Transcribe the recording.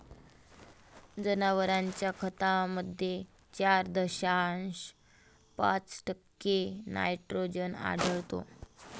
जनावरांच्या खतामध्ये चार दशांश पाच टक्के नायट्रोजन आढळतो